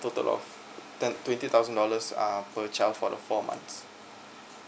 total of ten twenty thousand dollars uh per child for the four months